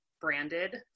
branded